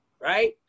right